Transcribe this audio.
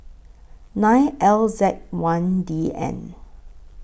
nine L Z one D N